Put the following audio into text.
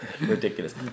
Ridiculous